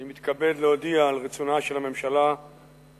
אני מתכבד להודיע על רצונה של הממשלה להחיל